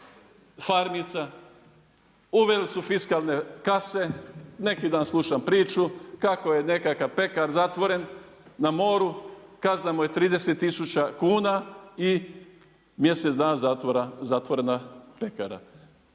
farmica, uveli su fiskalne kase, neki dan slušam priču, kako je nekakav pekar zatvoren na moru, kazna mu je 30000 kuna i mjesec dana zatvorena pekara.